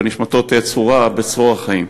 ונשמתו תהא צרורה בצרור החיים.